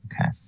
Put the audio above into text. okay